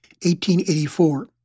1884